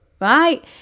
right